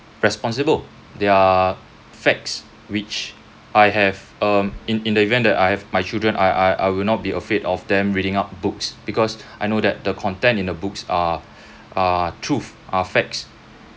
responsible their facts which I have um in in the event that I have my children I I I will not be afraid of them reading up books because I know that the content in the books are are truth are facts